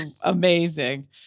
amazing